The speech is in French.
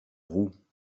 roux